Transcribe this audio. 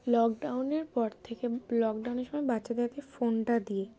লকডাউনের পর থেকে লকডাউনের সময় বাচ্চাদেরকে ফোনটা দিয়ে